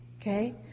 okay